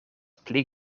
pli